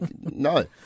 no